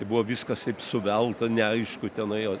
buvo viskas taip suvelta neaišku tenai